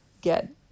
get